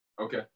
Okay